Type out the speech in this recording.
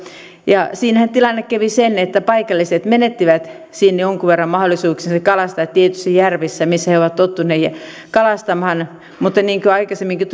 siinähän kävi niin että paikalliset menettivät jonkin verran mahdollisuuksia kalastaa tietyissä järvissä joissa he ovat tottuneet kalastamaan mutta niin kuin aikaisemminkin